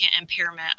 impairment